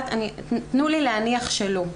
תנו לי להניח שלא.